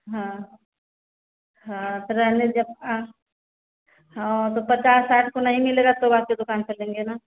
हाँ हाँ जब हाँ तो पच्चास साठ को नहीं मिलेगा तब आपके दुकान से लेंगे ना